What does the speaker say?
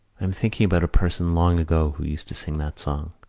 i am thinking about a person long ago who used to sing that song.